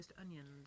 onions